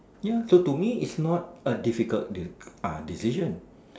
ya so to me it's not a difficult decision